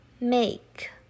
make